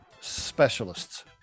specialists